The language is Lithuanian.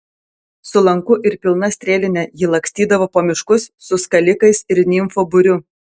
su lanku ir pilna strėline ji lakstydavo po miškus su skalikais ir nimfų būriu